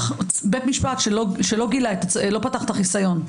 בית משפט שלא פתח את החיסיון,